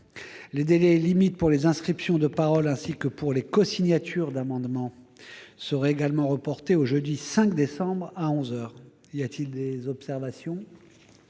Les délais limites pour les inscriptions de parole, ainsi que pour les cosignatures d'amendements, seraient quant à eux reportés au jeudi 5 décembre, à onze heures. Y a-t-il des observations ?